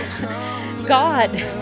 God